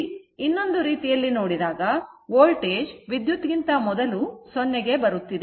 ಇನ್ನೊಂದು ರೀತಿಯಲ್ಲಿ ನೋಡಿದಾಗ ವೋಲ್ಟೇಜ್ ವಿದ್ಯುತ್ ಗಿಂತ ಮೊದಲು 0 ಗೆ ಬರುತ್ತಿದೆ